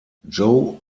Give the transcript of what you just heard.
joe